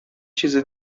چیزه